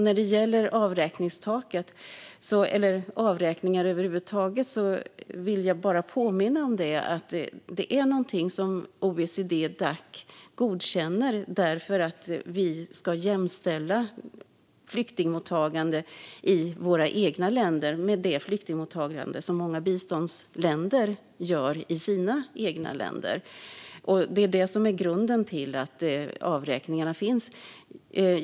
När det gäller avräkningstaket, eller avräkningar över huvud taget, vill jag påminna om att detta är någonting som OECD-Dac godkänner. Vi ska jämställa flyktingmottagande i våra egna länder med det flyktingmottagande som många biståndsländer har. Det är detta som är grunden till att avräkningarna finns.